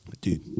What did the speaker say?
Dude